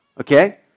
Okay